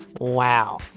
Wow